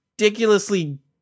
ridiculously